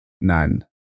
None